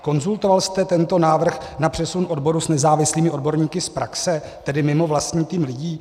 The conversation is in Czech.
Konzultoval jste tento návrh na přesun odboru s nezávislými odborníky z praxe, tedy mimo vlastní tým lidí?